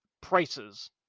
prices